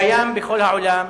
קיים בכל העולם.